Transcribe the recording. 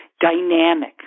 dynamic